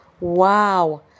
Wow